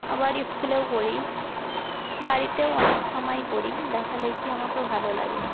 আবার স্কুলেও করি বাড়িতেও অনেক সমায় করি লেখালেখি আমাকে ভালো লাগে